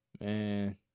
Man